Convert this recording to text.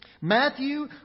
Matthew